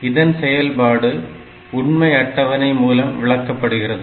இதன் செயல்பாடு உண்மை அட்டவணை மூலம் விளக்கப் படுகிறது